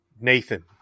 Nathan